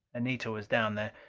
anita was down there.